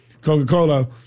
Coca-Cola